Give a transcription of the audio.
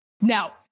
now